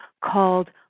called